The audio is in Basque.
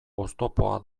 oztopoa